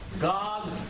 God